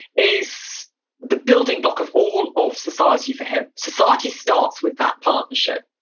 is the building block of all and of society for him. society starts with that partnership,